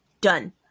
done